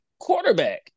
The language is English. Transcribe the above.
quarterback